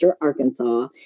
Arkansas